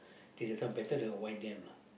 say sometimes better than the white damn lah